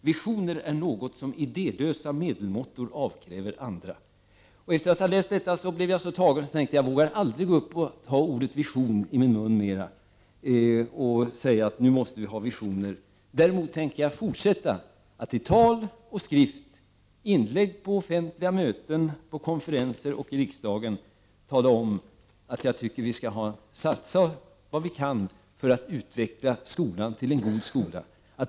——— Visioner är något som idélösa medelmåttor avkräver andra.” Efter att ha läst detta blev jag så tagen att jag tänkte: Jag vågar aldrig mer gå upp och ta ordet vision i min mun och säga att vi nu måste ha visioner. Jag tänker däremot fortsätta att i tal och skrift, i inlägg på offentliga möten, på konferenser och i riksdagen tala om att jag tycker vi skall satsa vad vi kan för att utveckla skolan till en god skola.